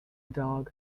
dog